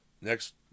Next